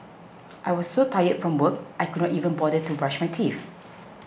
I was so tired from work I could not even bother to brush my teeth